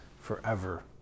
forever